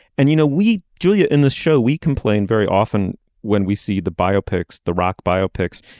and you know we julia in this show we complain very often when we see the biopics the rock biopics.